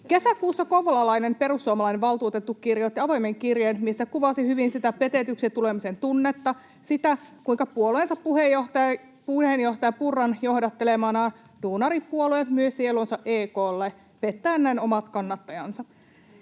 Kesäkuussa kouvolalainen perussuomalainen valtuutettu kirjoitti avoimen kirjeen, missä kuvasi hyvin sitä petetyksi tulemisen tunnetta, sitä, kuinka puolueensa puheenjohtajan Purran johdattelemana duunaripuolue myy sielunsa EK:lle pettäen näin omat kannattajansa.